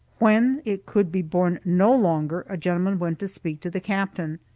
when it could be borne no longer, a gentleman went to speak to the captain.